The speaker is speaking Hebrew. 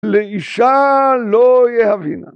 ‫אישה לא יאהבנה.